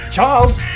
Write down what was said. Charles